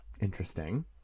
Interesting